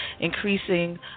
increasing